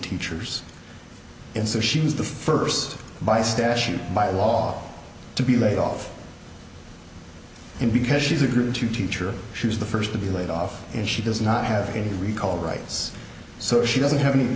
teachers and so she was the first by statute by law to be laid off and because she's a true to teacher she was the first to be laid off and she does not have any recall rights so she doesn't have any